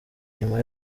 nyuma